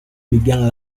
began